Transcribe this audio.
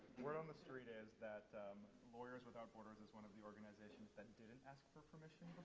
word on the street is that lawyers without borders is one of the organizations that didn't ask for permission